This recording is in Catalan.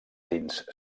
tints